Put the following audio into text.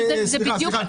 זה בדיוק --- סליחה,